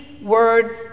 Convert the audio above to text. words